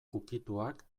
ukituak